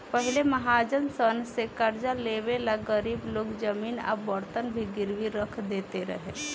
पहिले महाजन सन से कर्जा लेवे ला गरीब लोग जमीन आ बर्तन भी गिरवी रख देत रहे